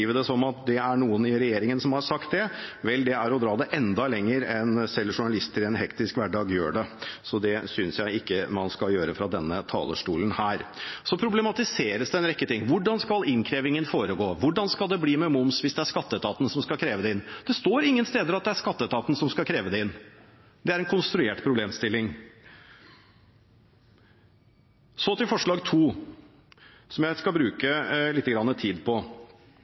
det til å virkelighetsbeskrive det som at det er noen i regjeringen som har sagt det – vel, det er å dra det enda lenger enn selv journalister i en hektisk hverdag gjør. Det synes jeg ikke man skal gjøre fra denne talerstolen. Så problematiseres en rekke ting. Hvordan skal innkrevingen foregå? Hvordan skal det bli med moms hvis det er skatteetaten som skal kreve det inn? Det står ingen steder at det er skatteetaten som skal kreve det inn. Det er en konstruert problemstilling. Over til forslag nr. 2, som jeg skal bruke litt tid på,